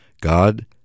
God